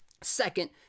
second